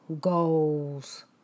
goals